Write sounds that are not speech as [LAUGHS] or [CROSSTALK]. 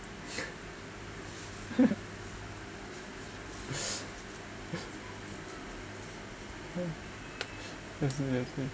[LAUGHS] [NOISE]